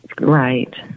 Right